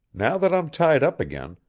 now that i'm tied up again,